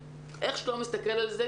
איך שאתה לא מסתכל על זה,